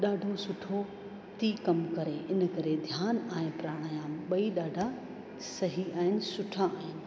ॾाढो सुठो थी कम करे इन करे ध्यान ऐं प्राणायाम ॿई ॾाढा सही ऐं सुठा आहिनि